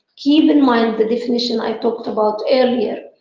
keep in mind the definition i talked about earlier,